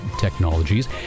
technologies